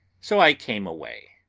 so i came away.